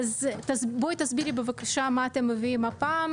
בואי תסבירי לנו בבקשה מה אתם מביאים הפעם,